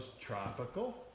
tropical